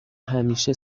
همیشه